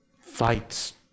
fights